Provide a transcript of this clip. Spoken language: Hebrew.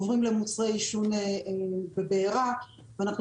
עוברים למוצרי עישון בבערה ואנחנו